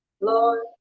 Lord